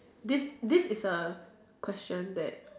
this this is a question that